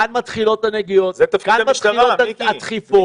כאן מתחילות הנגיעות, כאן מתחילות הדחיפות.